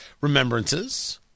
remembrances